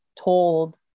told